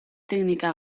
teknika